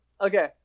Okay